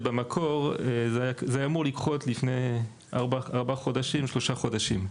ובמקור זה היה אמור לקרות לפני שלושה ארבעה חודשים.